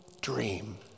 dream